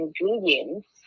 ingredients